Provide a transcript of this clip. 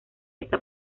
esta